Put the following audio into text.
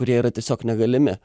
kurie yra tiesiog negalimi